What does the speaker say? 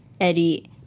Eddie